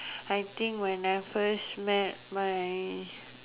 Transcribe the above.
I think when I first met my